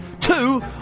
two